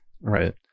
Right